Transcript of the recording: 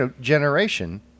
generation